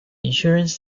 insurance